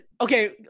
Okay